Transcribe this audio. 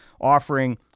offering